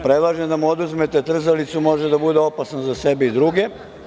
Predlažem da mu oduzmete trzalicu, može da bude opasan za sebe i druge.